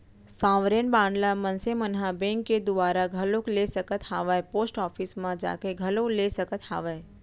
sovereign bond ल मनसे मन ह बेंक के दुवारा घलोक ले सकत हावय पोस्ट ऑफिस म जाके घलोक ले सकत हावय